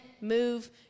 move